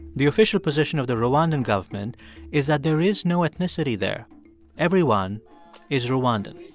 the official position of the rwandan government is that there is no ethnicity there everyone is rwandan